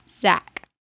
Zach